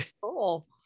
Cool